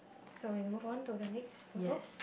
so we move on to the next photo